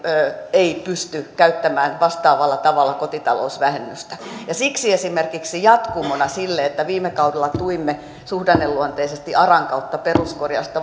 ei pysty käyttämään vastaavalla tavalla kotitalousvähennystä siksi esimerkiksi jatkumona sille että viime kaudella tuimme suhdanneluonteisesti aran kautta peruskorjausta